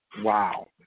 Wow